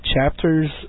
chapters